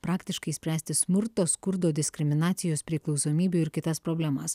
praktiškai spręsti smurto skurdo diskriminacijos priklausomybių ir kitas problemas